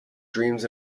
dreams